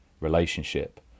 relationship